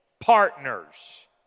partners